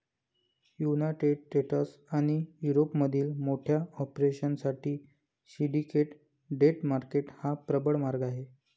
United states आणि युरोपमधील मोठ्या कॉर्पोरेशन साठी सिंडिकेट डेट मार्केट हा प्रबळ मार्ग आहे